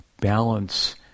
balance